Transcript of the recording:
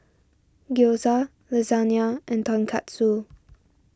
Gyoza Lasagne and Tonkatsu